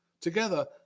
Together